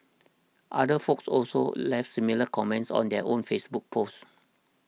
other folks also left similar comments on their own Facebook post